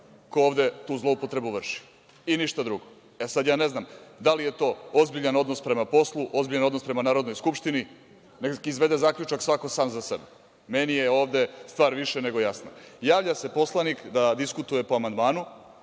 ko ovde tu zloupotrebu vrši i ništa drugo. E sad, ja ne znam da li je to ozbiljan odnos prema poslu, ozbiljan odnos prema Narodnoj skupštini? Neka izvede zaključak svako sam za sebe. Meni je ovde stvar više nego jasna. Javlja se poslanik da diskutuje po amandmanu